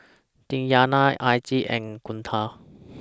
Diyana Aziz and Guntur